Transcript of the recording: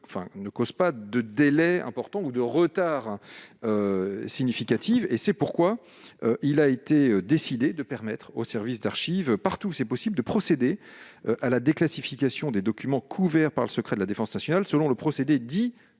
n'entraîne pas de délais importants ou de retards significatifs. C'est pourquoi il a été décidé de permettre aux services d'archives, partout où c'est possible, de procéder à la déclassification des documents couverts par le secret de la défense nationale selon le procédé dit